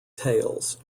tales